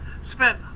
spent